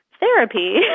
therapy